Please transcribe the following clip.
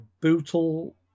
bootle